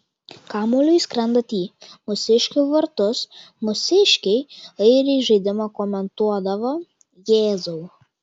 kamuoliui skrendant į mūsiškių vartus mūsiškiai airiai žaidimą komentuodavo jėzau